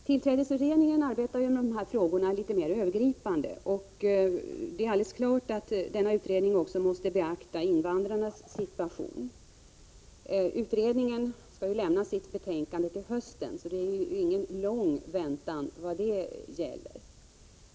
Tillträdesutredningen arbetar med dessa frågor litet mer övergripande, och det är alldeles klart att denna utredning också måste beakta invandrarnas situation. Utredningen skall lämna sitt betänkande till hösten, så det är inte fråga om någon lång väntan.